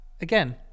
again